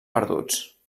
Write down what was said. perduts